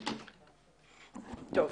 בוקר טוב